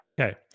Okay